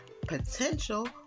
potential